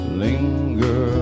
linger